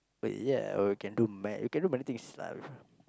but ya or we can do ma~ we can do many things lah with a